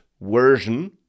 version